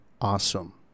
awesome